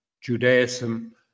Judaism